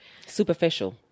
Superficial